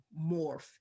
morph